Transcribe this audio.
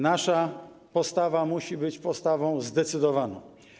Nasza postawa musi być postawą zdecydowaną.